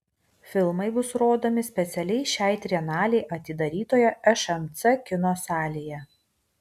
filmai bus rodomi specialiai šiai trienalei atidarytoje šmc kino salėje